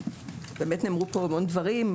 באמת נאמרו פה המון דברים,